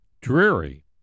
dreary